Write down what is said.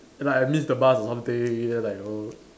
like I miss the bus or something then I was like oh